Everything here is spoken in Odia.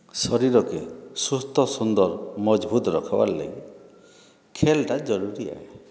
ଶରୀରକୁ ସୁସ୍ଥ ସୁନ୍ଦର ମଜବୁତ୍ ରଖିବାର ଲାଗି ଖେଳଟା ଜରୁରୀ ଆଏ